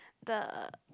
the